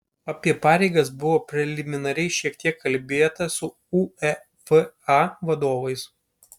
apie pareigas buvo preliminariai šiek tiek kalbėta su uefa vadovais